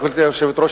גברתי היושבת-ראש,